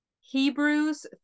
Hebrews